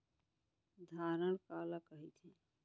धरण काला कहिथे?